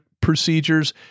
procedures